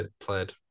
played